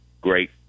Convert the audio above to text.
great